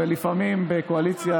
ולפעמים בקואליציה,